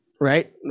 Right